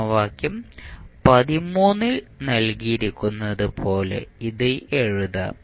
സമവാക്യം ൽ നൽകിയിരിക്കുന്നതുപോലെ ഇത് എഴുതാം